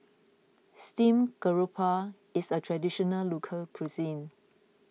Steamed Garoupa is a Traditional Local Cuisine